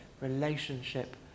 relationship